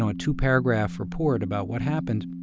a two-paragraph report about what happened.